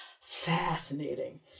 fascinating